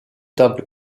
temple